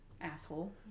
Asshole